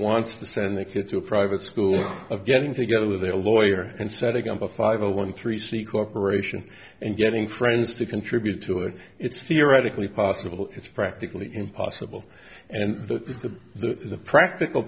wants to send their kid to a private school of getting together with a lawyer and setting up a five zero one three c corp and getting friends to contribute to it it's theoretically possible it's practically impossible and the practical